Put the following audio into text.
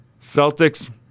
Celtics